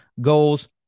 goals